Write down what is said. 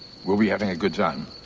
were we having a good time?